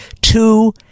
two